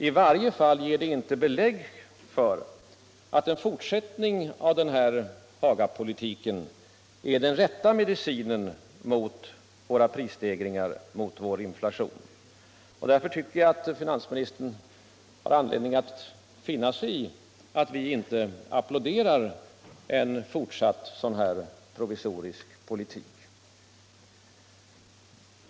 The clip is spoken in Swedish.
I varje fall ger det inte belägg för att en fortsättning av Hagapolitiken är den rätta medicinen mot prisstegringar. Därför tycker jag att finansministern får finna sig i att vi inte applåderar en fortsatt provisorisk politik.